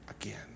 again